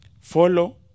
Follow